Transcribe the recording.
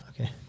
Okay